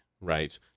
right